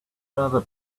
other